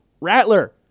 Rattler